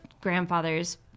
grandfather's